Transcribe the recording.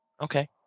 okay